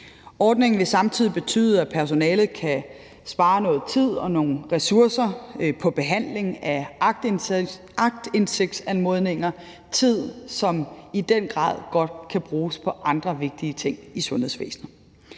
Ordningen vil samtidig betyde, at personalet kan spare noget tid og nogle ressourcer på behandling af aktindsigtsanmodninger – tid, som i den grad godt kan bruges på andre vigtige ting i sundhedsvæsenet.